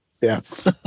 Yes